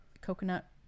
coconut